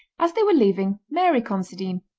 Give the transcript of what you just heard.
as they were leaving, mary considine,